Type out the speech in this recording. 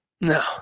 No